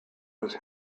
was